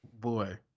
Boy